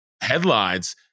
headlines